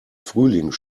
frühling